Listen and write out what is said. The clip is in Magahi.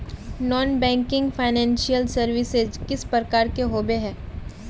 नॉन बैंकिंग फाइनेंशियल सर्विसेज किस प्रकार के होबे है?